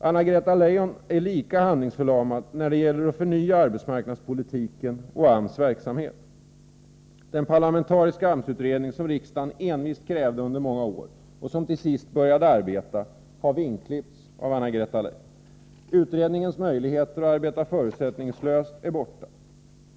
Anna-Greta Leijon är lika handlingsförlamad när det gäller att förnya arbetsmarknadspolitiken och AMS verksamhet. Den parlamentariska AMS utredning som riksdagen envist krävde under många år och som till sist började sitt arbete har vingklippts av Anna-Greta Leijon. Utredningens möjligheter att arbeta förutsättningslöst är borta.